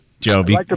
Joby